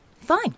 Fine